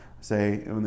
say